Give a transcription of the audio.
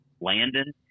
Landon